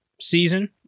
season